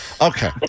Okay